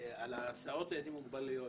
ועל הסעות לילדים עם מוגבלויות,